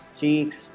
cheeks